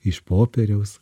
iš popieriaus